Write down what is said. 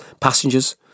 passengers